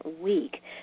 week